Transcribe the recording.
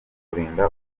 kurinda